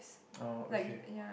oh okay